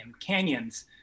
canyons